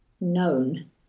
known